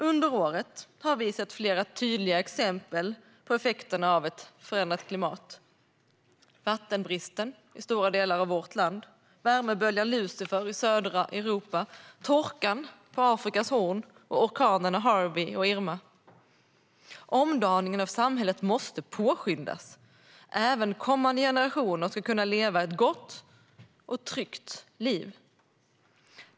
Under året har vi sett flera tydliga exempel på effekterna av ett förändrat klimat: vattenbristen i stora delar av vårt land, värmeböljan Lucifer i södra Europa, torkan på Afrikas horn och orkanerna Harvey och Irma. Omdaningen av samhället måste påskyndas. Även kommande generationer ska kunna leva ett gott och tryggt liv.